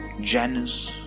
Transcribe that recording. Janus